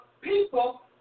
people